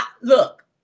Look